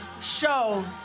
show